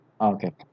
Okay